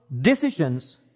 decisions